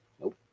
Nope